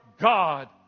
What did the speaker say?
God